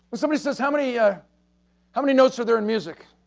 somebody says, how many ah how many nodes are there in music?